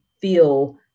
feel